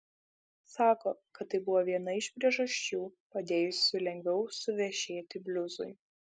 sako kad tai buvo viena iš priežasčių padėjusių lengviau suvešėti bliuzui